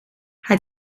hij